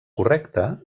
correcta